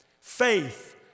Faith